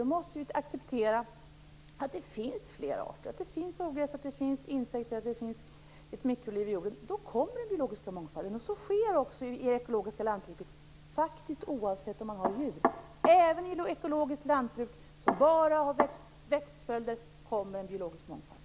Då måste vi acceptera att det finns flera arter - att det finns ogräs, att det finns insekter och att det finns ett mikroliv i jorden. Då kommer den biologiska mångfalden. Så sker också i det ekologiska lantbruket - faktiskt oavsett om man har djur. Även i ett ekologiskt lantbruk som bara har växtföljder kommer en biologisk mångfald.